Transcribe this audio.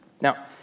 Now